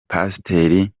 pasiteri